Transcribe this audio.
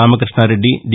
Ramakrishna Reddy D